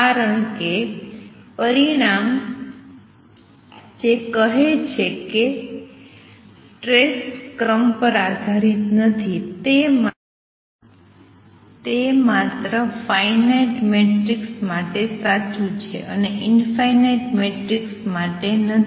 કારણ કે પરિણામ જે કહે છે કે ટ્રેસ ક્રમ પર આધારીત નથી તે માત્ર ફાઇનાઇટ મેટ્રિક્સ માટે સાચું છે અને ઇંફાઇનાઇટ મેટ્રિક્સ માટે નથી